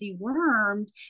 dewormed